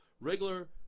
regular